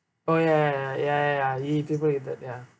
oh ya ya ya ya ya ya people eat that ya